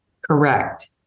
Correct